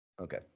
Okay